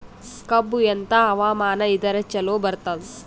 ಕಬ್ಬು ಎಂಥಾ ಹವಾಮಾನ ಇದರ ಚಲೋ ಬರತ್ತಾದ?